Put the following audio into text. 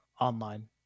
online